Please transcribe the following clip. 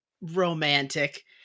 romantic